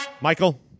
Michael